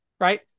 right